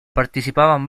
participaban